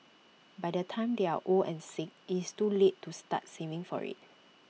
by the time they are old and sick it's too late to start saving for IT